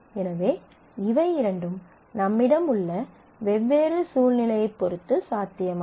எனவே இவை இரண்டும் நம்மிடம் உள்ள வெவ்வேறு சூழ்நிலையைப் பொறுத்து சாத்தியமாகும்